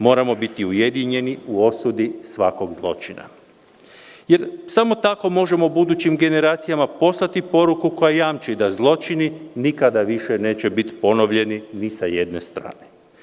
Moramo biti ujedinjeni u osudi svakog zločina, jer samo tako možemo budućim generacijama poslati poruku koja jamči da zločini nikada više neće biti ponovljeni ni sa jedne strane.